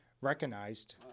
recognized